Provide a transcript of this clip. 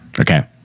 Okay